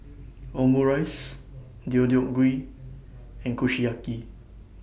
Omurice Deodeok Gui and Kushiyaki